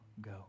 go